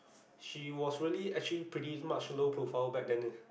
she was really actually pretty much low profile back then leh